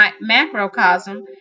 Macrocosm